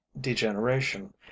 degeneration